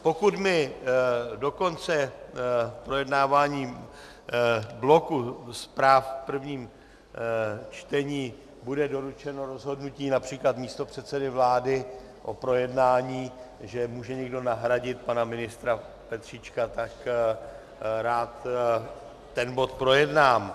Pokud mi do konce projednávání bloku zpráv v prvním čtení bude doručeno rozhodnutí například místopředsedy vlády o projednání, že může někdo nahradit pana ministra Petříčka, tak rád ten bod projednám.